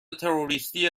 تروریستی